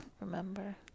Remember